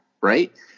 right